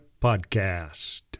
Podcast